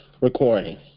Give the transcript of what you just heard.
recording